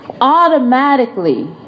automatically